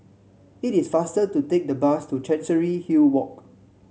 it is faster to take the bus to Chancery Hill Walk